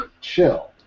chill